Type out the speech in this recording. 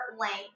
length